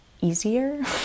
easier